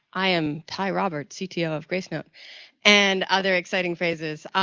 i am ty roberts, cto of gracenote and other exciting phrases.